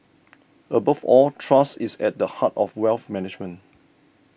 above all trust is at the heart of wealth management